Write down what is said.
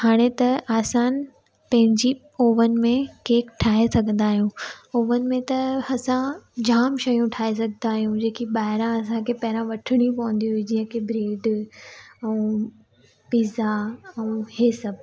हाणे त आसान पंहिंजी ओवन में केक ठाहे सघंदा आहियूं ओवन में त असां जाम शयूं ठाहे सघंदा आहियूं जेकी ॿाहिरां असांखे पहिरां वठणी पवंदी हुई जींअ की ब्रेड ऐं पिज़ा ऐं हीअ सभु